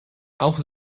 auch